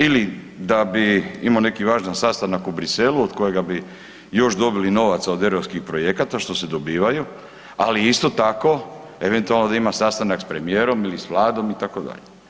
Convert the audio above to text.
Ili da bi imao neki važni sastanak u Bruxellesu od kojega bi još dobili novaca od europskih projekata što se dobivaju, ali isto tako da ima sastanak sa premijerom ili sa Vladom itd.